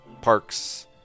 parks